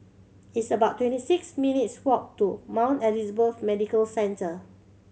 it's about twenty six minutes' walk to Mount Elizabeth Medical Centre